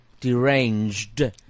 Deranged